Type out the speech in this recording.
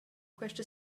questa